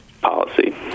policy